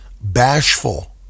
bashful